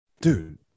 Dude